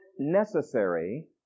necessary